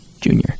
Junior